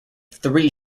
three